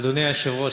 אדוני היושב-ראש,